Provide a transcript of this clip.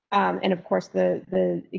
and of course, the, the